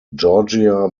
georgia